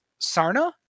Sarna